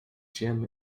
jim